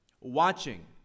watching